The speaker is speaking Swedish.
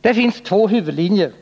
Det finns två huvudlinjer,